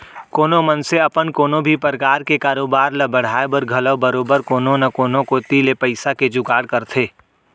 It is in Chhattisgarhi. कोनो मनसे अपन कोनो भी परकार के कारोबार ल बढ़ाय बर घलौ बरोबर कोनो न कोनो कोती ले पइसा के जुगाड़ करथे